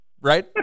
right